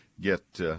get